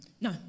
No